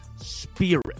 spirit